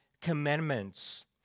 commandments